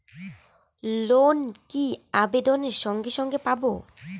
Loan কি আবেদনের সঙ্গে সঙ্গে পাব?